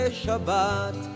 Shabbat